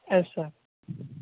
yes sir